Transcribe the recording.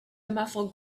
muffled